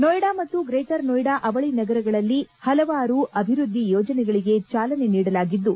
ನೋಯ್ಡಾ ಮತ್ತು ಗ್ರೇಟರ್ ನೋಯ್ಡಾ ಅವಳಿ ನಗರಗಳಲ್ಲಿ ಹಲವಾರು ಅಭಿವೃದ್ದಿ ಯೋಜನೆಗಳಿಗೆ ಚಾಲನೆ ನೀಡಲಾಗಿದ್ದು